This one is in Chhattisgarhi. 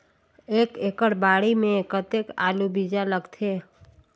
एक एकड़ बाड़ी मे कतेक आलू बीजा लगथे?